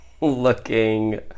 looking